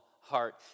heart